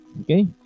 Okay